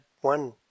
one